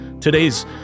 Today's